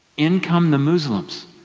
in come the muslims,